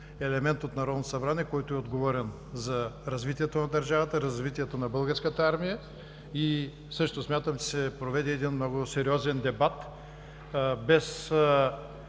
елемент от Народното събрание, който е отговорен за развитието на държавата, развитието на българската армия, и също смятам, че се проведе един много сериозен дебат без